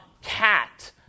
cat